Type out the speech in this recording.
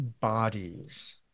bodies